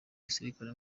gisirikare